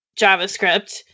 JavaScript